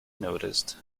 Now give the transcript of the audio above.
noticed